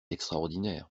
extraordinaire